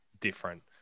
different